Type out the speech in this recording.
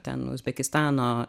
ten uzbekistano